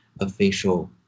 official